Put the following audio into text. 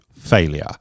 failure